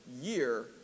Year